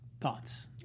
thoughts